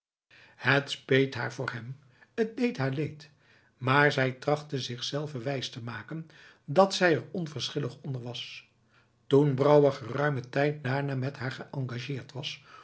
het speet haar voor hem t deed haar leed maar zij trachtte zichzelve wijs te maken dat zij er onverschillig onder was toen brouwer geruimen tijd daarna met haar geëngageerd was